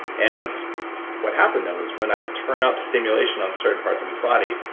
and what happened though was, when i'd turn up stimulation on certain parts of his body,